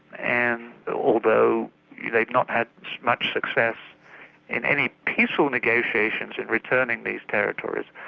and although they've not had much success in any peaceful negotiations in returning these territories,